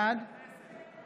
בעד